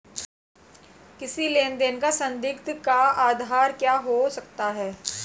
किसी लेन देन का संदिग्ध का आधार क्या हो सकता है?